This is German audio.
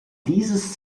dieses